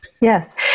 Yes